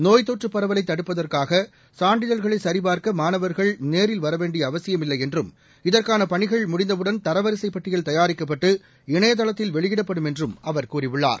நோய்த் தொற்றுப் பரவலை தடுப்பதற்காக சான்றிதழ்களை சரிபார்க்க மாணவர்கள் நேரில் வரவேண்டிய அவசியமில்லை என்றும் இதற்கான பணிகள் முடிந்தவுடன் தரவரிசைப் பட்டியல் தயாரிக்கப்பட்டு இணையதளத்தில் வெளியிடப்படும் என்றும் அவர் கூறியுள்ளார்